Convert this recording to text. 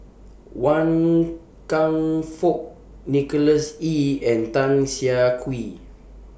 Wan Kam Fook Nicholas Ee and Tan Siah Kwee